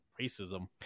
racism